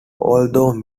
although